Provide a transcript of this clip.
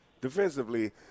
Defensively